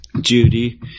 Judy